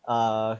uh